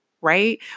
right